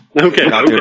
okay